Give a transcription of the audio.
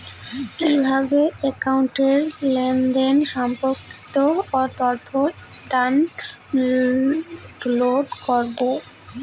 কিভাবে একাউন্টের লেনদেন সম্পর্কিত তথ্য ডাউনলোড করবো?